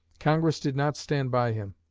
congress did not stand by him.